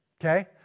Okay